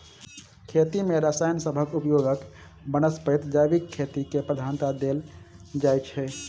खेती मे रसायन सबहक उपयोगक बनस्पैत जैविक खेती केँ प्रधानता देल जाइ छै